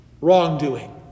wrongdoing